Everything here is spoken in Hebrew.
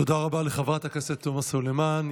תודה רבה לחברת הכנסת תומא סלימאן.